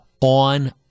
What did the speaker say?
on